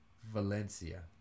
Valencia